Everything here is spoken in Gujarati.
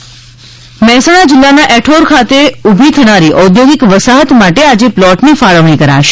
ઔદ્યોગિક વસાહત મહેસાણા જિલ્લાના ઐઠોર ખાતે ઊભી થનારી ઔદ્યોગિક વસાહત માટે આજે પ્લોટની ફાળવણી કરાશે